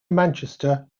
manchester